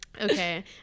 Okay